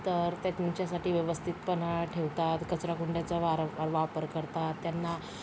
तर त्यांच्यासाठी व्यवस्थित पणा ठेवतात कचराकुंड्यांचा वारा वापर करतात त्यांना